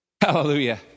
Hallelujah